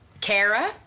Kara